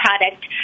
product